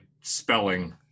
spelling